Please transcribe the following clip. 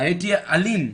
הייתי אלים.